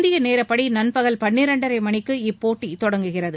இந்திய நேரப்படி நண்பகல் பன்னிரெண்டரை மணிக்கு இப்போட்டி தொடங்குகிறது